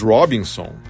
Robinson